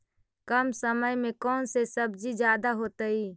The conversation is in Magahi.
कम समय में कौन से सब्जी ज्यादा होतेई?